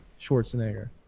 Schwarzenegger